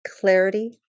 clarity